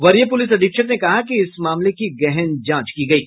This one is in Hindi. वरीय पुलिस अधीक्षक ने कहा कि इस मामले की गहन जांच की गयी